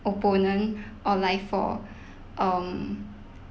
opponent or like for um